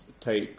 take